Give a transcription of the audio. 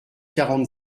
quarante